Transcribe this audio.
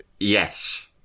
Yes